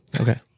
Okay